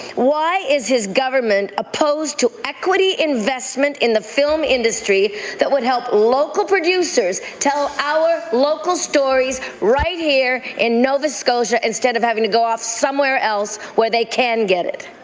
why is his government opposed to equity investment in the film industry that would help local producers tell our local stories right here in nova scotia, instead of having to go somewhere else where they can get it?